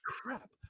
crap